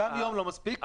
גם יום לא מספיק.